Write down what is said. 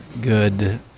good